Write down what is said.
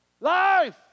Life